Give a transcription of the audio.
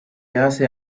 hace